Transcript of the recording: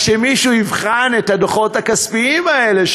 רק שמישהו יבחן את הדוחות הכספיים האלה,